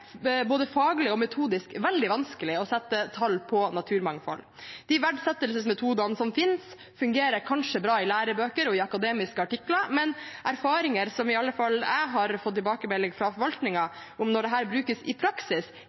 både faglig og metodisk veldig vanskelig å sette tall på naturmangfold. De verdsettelsesmetodene som finnes, fungerer kanskje bra i lærebøker og i akademiske artikler, men erfaringer som i alle fall jeg har fått tilbakemelding om fra forvaltningen når dette brukes i praksis,